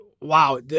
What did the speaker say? Wow